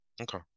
Okay